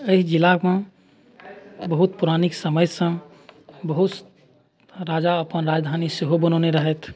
एहि जिलामे बहुत पौराणिक समयसँ बहुत राजा अपन राजधानी सेहो बनौने रहथि